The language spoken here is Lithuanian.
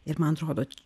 ir man atrodo